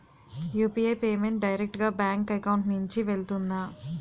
UPI payment direct గా bank account నుంచి వెళ్తుందా?